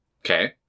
Okay